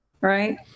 right